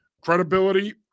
Credibility